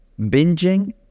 binging